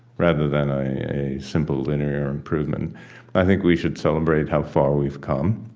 rather than a simple linear improvement i think we should celebrate how far we've come,